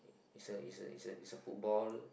it's a it's a it's a it's a football